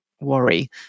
worry